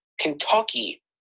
Kentucky